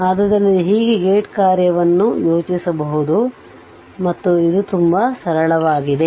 ಆದ್ದರಿಂದ ಹೀಗೆ ಗೇಟ್ ಕಾರ್ಯವನ್ನು ಯೋಜಿಸಬಹುದು ಮತ್ತು ಇದು ತುಂಬಾ ಸರಳವಾಗಿದೆ